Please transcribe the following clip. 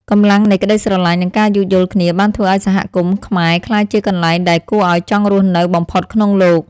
កម្លាំងនៃក្ដីស្រឡាញ់ និងការយោគយល់គ្នាបានធ្វើឱ្យសហគមន៍ខ្មែរក្លាយជាកន្លែងដែលគួរឱ្យចង់រស់នៅបំផុតក្នុងលោក។